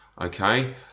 okay